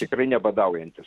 tikrai nebadaujantis